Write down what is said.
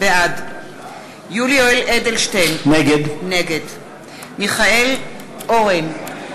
בעד יולי יואל אדלשטיין, נגד מיכאל אורן,